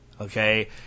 Okay